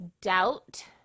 doubt